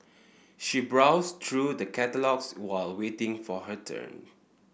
she browsed through the catalogues while waiting for her turn